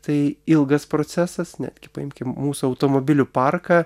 tai ilgas procesas netgi paimkim mūsų automobilių parką